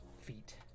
Feet